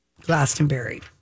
Glastonbury